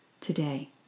today